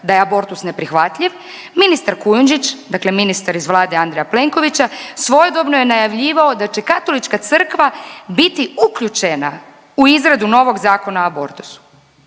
da je abortus neprihvatljiv ministar Kujundžić, dakle ministar iz Vlade Andreja Plenkovića svojedobno je najavljivao da će Katolička crkva biti uključena u izradu novog Zakona o abortusu.